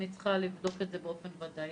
אני צריכה לבדוק את זה באופן ודאי,